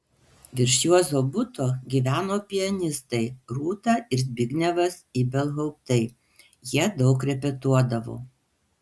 virš juozo buto gyveno pianistai rūta ir zbignevas ibelhauptai jie daug repetuodavo